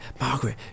Margaret